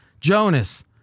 Jonas